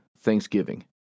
thanksgiving